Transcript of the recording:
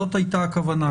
זאת הייתה הכוונה.